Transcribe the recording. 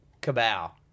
Cabal